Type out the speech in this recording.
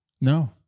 No